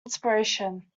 inspiration